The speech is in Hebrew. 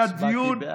היה דיון, הצבעתי בעד.